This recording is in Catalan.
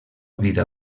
vida